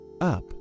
up